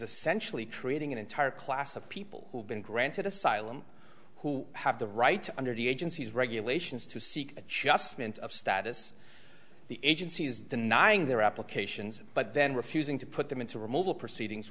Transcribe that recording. essentially creating an entire class of people who've been granted asylum who have the right under the agency's regulations to seek a just meant of status the agency is denying their applications but then refusing to put them into removal proceedings